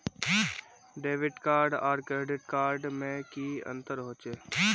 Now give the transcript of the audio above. Debit card आर credit card में की अंतर होचे?